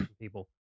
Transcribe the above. people